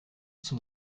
zum